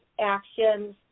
actions